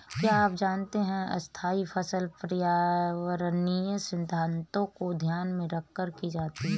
क्या आप जानते है स्थायी फसल पर्यावरणीय सिद्धान्तों को ध्यान में रखकर की जाती है?